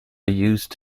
used